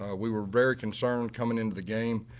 we were very concerned coming into the game.